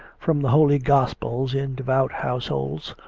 from the holy gospels in devout households,